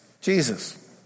Jesus